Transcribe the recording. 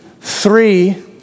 three